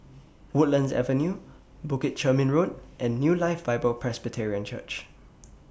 Woodlands Avenue Bukit Chermin Road and New Life Bible Presbyterian Church